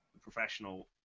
professional